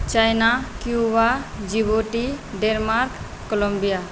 China Cuba Djibouti Denmark Colombia